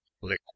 liquid